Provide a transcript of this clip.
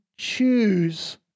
Choose